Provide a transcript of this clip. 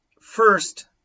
first